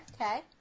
okay